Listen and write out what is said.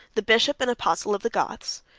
the bishop and apostle of the goths,